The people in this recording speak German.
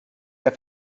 der